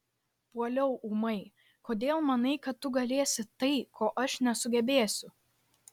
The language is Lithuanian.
puoliau ūmai kodėl manai kad tu galėsi tai ko aš nesugebėsiu